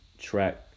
track